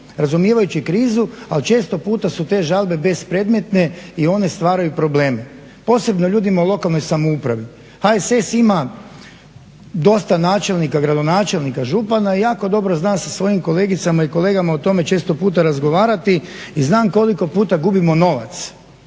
razumijevajući krizu, ali često puta su te žalbe bespredmetne i one stvaraju probleme posebno ljudima u lokalnoj samoupravi. HSS ima dosta načelnika, gradonačelnika, župana i jako dobro zna sa svojim kolegicama i kolegama o tome često puta razgovarati i znam koliko puta gubimo novac,